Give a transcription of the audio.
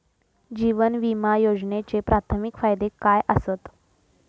जीवन विमा योजनेचे प्राथमिक फायदे काय आसत?